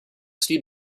steam